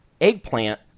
eggplant